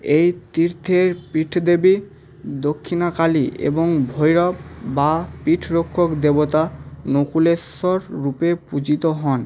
এই তীর্থের পীঠদেবী দক্ষিণাকালী এবং ভৈরব বা পীঠরক্ষক দেবতা নকুলেশ্বর রূপে পূজিত হন